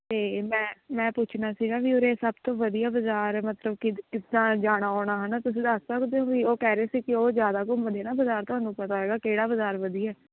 ਅਤੇ ਮੈਂ ਮੈਂ ਪੁੱਛਣਾ ਸੀਗਾ ਵੀ ਉਰੇ ਸਭ ਤੋਂ ਵਧੀਆ ਬਾਜ਼ਾਰ ਮਤਲਬ ਕਿ ਕਿੱਦਾਂ ਜਾਣਾ ਆਉਣਾ ਹੈ ਨਾ ਤੁਸੀਂ ਦੱਸ ਸਕਦੇ ਹੋ ਵੀ ਉਹ ਕਹਿ ਰਹੇ ਸੀ ਕਿ ਉਹ ਜ਼ਿਆਦਾ ਘੁੰਮਦੇ ਨਾ ਬਾਜ਼ਾਰ ਤੁਹਾਨੂੰ ਪਤਾ ਹੈਗਾ ਕਿਹੜਾ ਬਾਜ਼ਾਰ ਵਧੀਆ